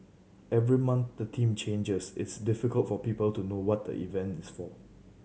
every month the theme changes it's difficult for people to know what the event is for